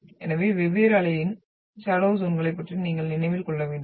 எனவே வெவ்வேறு அலைகளின் ஷடோவ் ஜ்யோன்களை பற்றி நீங்கள் நினைவில் கொள்ள வேண்டும்